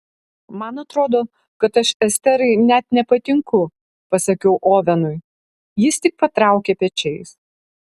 man atrodo kad aš esterai net nepatinku pasakiau ovenui jis tik patraukė pečiais